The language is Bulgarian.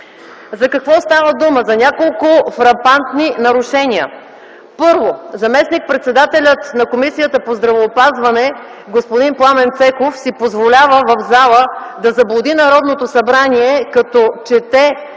За какво става дума? За няколко фрапантни нарушения. Първо, заместник-председателят на Комисията по здравеопазване – господин Пламен Цеков, си позволява в зала да заблуди Народното събрание като чете